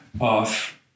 off